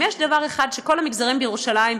אם יש דבר אחד שכל המגזרים בירושלים,